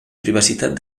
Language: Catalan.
privacitat